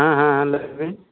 ᱦᱮᱸ ᱦᱮᱸ ᱞᱟᱹᱭ ᱵᱤᱱ ᱦᱮᱸ ᱟᱪᱪᱷᱟ